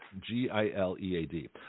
G-I-L-E-A-D